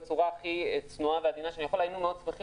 בצורה הכי צנועה ועדינה שאני יכול היינו שמחים